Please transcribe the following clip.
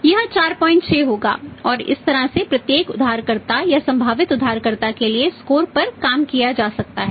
यह 46 होगा और इस तरह से प्रत्येक उधारकर्ता या संभावित उधारकर्ता के लिए स्कोर है